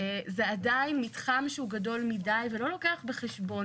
זה עדיין מתחם שהוא גדול מידי ולא לוקח בחשבון